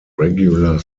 regular